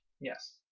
Yes